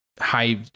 high